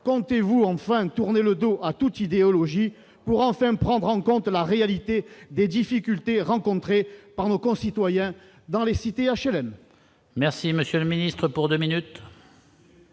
comptez-vous enfin tourner le dos à toute idéologie pour enfin prendre en compte la réalité des difficultés rencontrées par nos concitoyens dans les cités HLM.